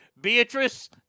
Beatrice